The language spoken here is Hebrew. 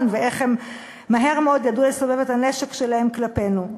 ואיך הם מהר מאוד ידעו לסובב את הנשק שלהם כלפינו.